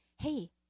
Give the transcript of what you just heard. hey